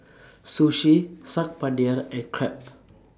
Sushi Saag Paneer and Crepe